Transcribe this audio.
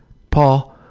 paul,